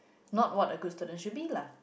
not what a good student should be lah